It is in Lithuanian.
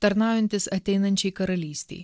tarnaujantis ateinančiai karalystei